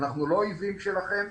אנחנו לא אויבים שלכם,